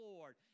Lord